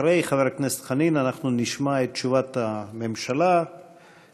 אחרי חבר הכנסת חנין נשמע את תשובת הממשלה מפי